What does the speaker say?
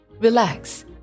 relax